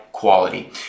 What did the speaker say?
quality